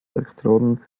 elektroden